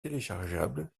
téléchargeable